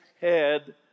head